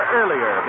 earlier